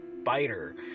spider